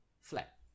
flat